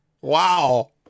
Wow